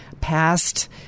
passed